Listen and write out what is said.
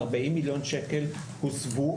40 מיליון שקל הוסבו,